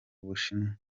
bushinwa